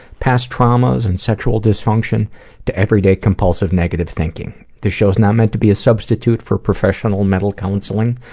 past traumas and sexual dysfunction to everyday compulsive negative thinking. this show is not meant to be a substitute for professional mental counseling.